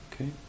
okay